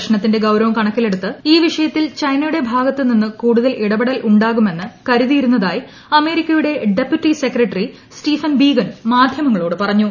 പ്രശ്നത്തിന്റെ ഗൌരവം കണക്കില്ലെടുത്ത് ഈ വിഷയത്തിൽ ചൈനയുടെ ഭാഗത്ത് നിന്ന് ്യകൂട്ടുതൽ ഇടപെടൽ ഉണ്ടാകുമെന്ന് കരുതിയിരുന്നതായി ഡെപ്യൂട്ടി സെക്രട്ടറി സ്റ്റീഫൻ ബീഗൻ മാധ്യമങ്ങൾക്കോട് പറഞ്ഞു